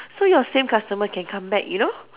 so your same customer can come back you know